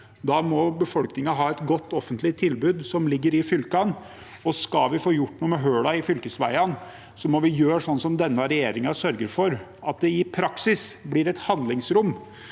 Da må befolkningen ha et godt offentlig tilbud som ligger i fylkene. Skal vi få gjort noe med hullene i fylkesveiene, må vi gjøre slik denne regjeringen sørger for, at det i praksis blir et handlingsrom